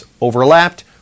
overlapped